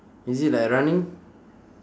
is it like running